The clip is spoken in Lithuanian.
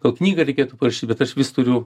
to knygą reikėtų parašyt bet aš vis turiu